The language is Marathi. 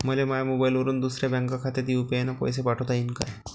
मले माह्या मोबाईलवरून दुसऱ्या बँक खात्यात यू.पी.आय न पैसे पाठोता येईन काय?